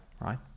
right